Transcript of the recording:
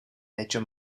lecho